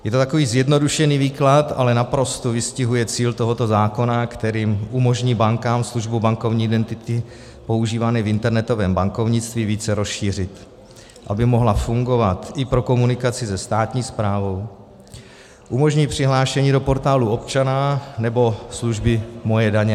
Je to takový zjednodušený výklad, ale naprosto vystihuje cíl tohoto zákona, který umožní bankám službu bankovní identity používané v internetovém bankovnictví více rozšířit, aby mohla fungovat i pro komunikaci se státní správou, umožní přihlášení do Portálu občana nebo například služby Moje daně.